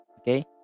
Okay